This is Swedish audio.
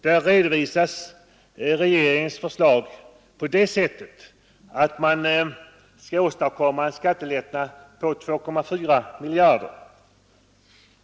Där redovisas regeringens förslag på det sättet att man skulle åstadkomma en skattelättnad på 2,4 miljarder.